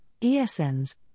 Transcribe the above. ESNs